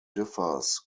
differs